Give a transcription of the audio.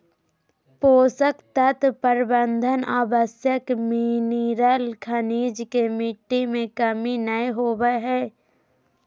पोषक तत्व प्रबंधन आवश्यक मिनिरल खनिज के मिट्टी में कमी नै होवई दे हई